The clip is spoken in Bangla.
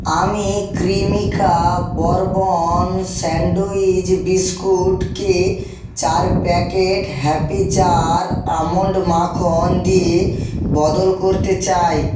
আমি ক্রিমিকা বরবন স্যাণ্ডুইচ বিস্কুটকে চার প্যাকেট হ্যাপি জার আমণ্ড মাখন দিয়ে বদল করতে চাই